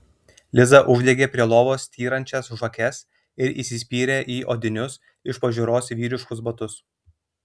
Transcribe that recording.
liza uždegė prie lovos styrančias žvakes ir įsispyrė į odinius iš pažiūros vyriškus batus